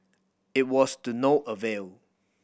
it was to no avail